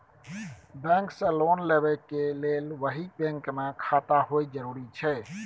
Bank से loan लेबै के लेल वही बैंक मे खाता होय जरुरी छै?